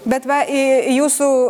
bet va į į jūsų